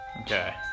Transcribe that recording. Okay